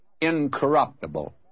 incorruptible